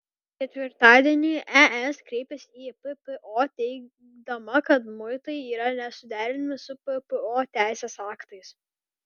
ketvirtadienį es kreipėsi į ppo teigdama kad muitai yra nesuderinami su ppo teisės aktais